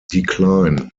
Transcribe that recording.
decline